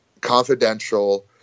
confidential